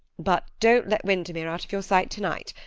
but don't let windermere out of your sight to-night.